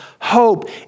Hope